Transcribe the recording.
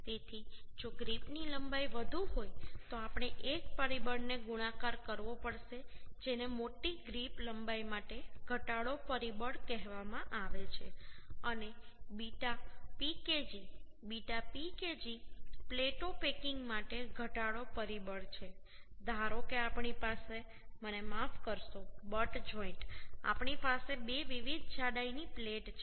તેથી જો ગ્રીપની લંબાઈ વધુ હોય તો આપણે એક પરિબળને ગુણાકાર કરવો પડશે જેને મોટી ગ્રીપ લંબાઈ માટે ઘટાડો પરિબળ કહેવામાં આવે છે અને β PKg β PKg પ્લેટો પેકિંગ માટે ઘટાડો પરિબળ છે ધારો કે આપણી પાસે ગસેટ એટ મને માફ કરશો બટ જોઈન્ટ આપણી પાસે બે વિવિધ જાડાઈની પ્લેટ છે